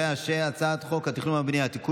להעביר את הצעת חוק התכנון והבנייה (תיקון